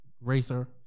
racer